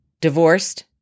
divorced